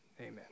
Amen